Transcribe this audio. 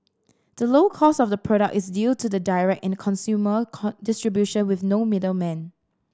the low cost of the product is due to the direct in consumer con distribution with no middlemen